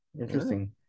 interesting